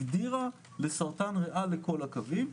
הגדירה לסרטן ריאה לכל הקווים.